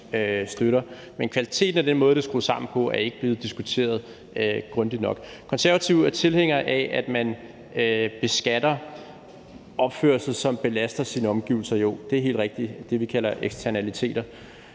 Men kvaliteten af den måde, det er skruet sammen på, er ikke blevet diskuteret grundigt nok. Konservative er tilhængere af, at man beskatter opførsel, som belaster ens omgivelser. Det er helt rigtigt. Det er det, vi kalder eksternaliteter.